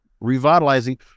revitalizing